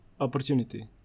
opportunity